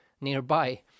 nearby